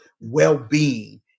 well-being